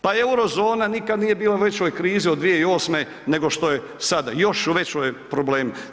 Pa euro zona nikad nije bila u većoj krizi od 2008. nego što je sada, još u većem je problemu.